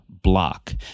block